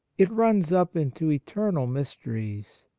it runs up into eternal mysteries.